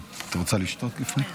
כחלק מההיערכות לתקיפה האיראנית,